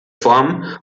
formen